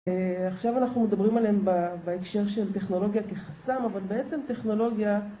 עכשיו אנחנו מדברים עליהם בהקשר של טכנולוגיה כחסם, אבל בעצם טכנולוגיה